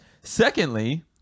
secondly